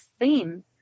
theme